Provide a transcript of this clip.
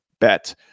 bet